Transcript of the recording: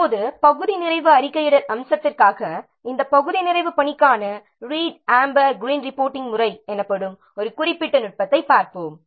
இப்போது இந்த பகுதி நிறைவு அறிக்கையிடல் அம்சத்திற்காக இந்த பகுதி நிறைவு பணிக்கான ரீட் அம்பர் கிரீன் ரிப்போர்டிங் முறை எனப்படும் ஒரு குறிப்பிட்ட நுட்பத்தைப் பார்ப்போம்